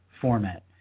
format